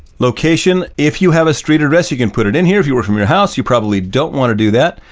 location, if you have a street address, you can put it in here. if you work from your house, you probably don't want to do that.